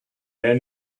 were